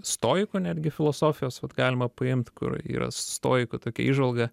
stoiko netgi filosofijos vat galima paimt kur yra stoiko tokia įžvalga